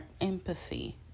empathy